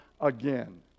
again